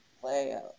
play